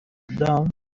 dawn